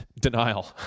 denial